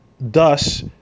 Thus